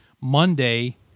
Monday